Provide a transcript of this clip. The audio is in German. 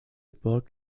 berg